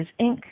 Inc